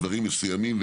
בדברים מסוימים,